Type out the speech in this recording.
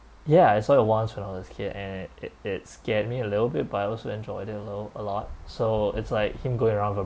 ya I saw it once when I was a kid and it it it scared me a little bit but I also enjoyed a little a lot so it's like him going around with